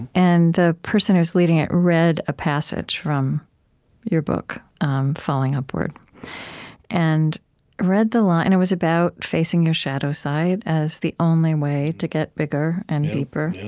and the person who was leading it read a passage from your book falling upward and read the line and it was about facing your shadow side as the only way to get bigger and deeper.